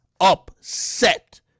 upset